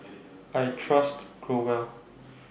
I Trust Growell